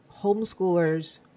homeschoolers